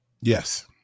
Yes